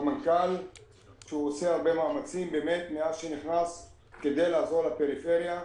המנכ"ל שעושה הרבה מאמצים כדי לעזור לפריפריה.